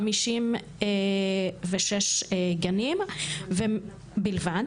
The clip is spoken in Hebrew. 756 גנים בלבד